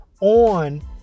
on